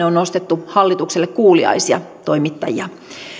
on nostettu hallitukselle kuuliaisia toimittajia